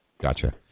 Gotcha